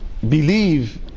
believe